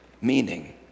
meaning